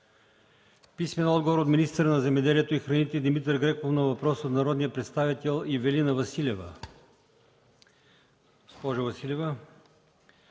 Соколова; - министъра на земеделието и храните Димитър Греков на въпрос от народния представител Ивелина Василева;